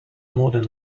modern